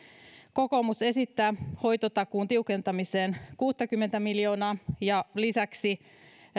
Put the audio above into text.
kokoomus esittää hoitotakuun tiukentamiseen kuuttakymmentä miljoonaa ja lisäksi